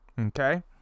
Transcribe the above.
okay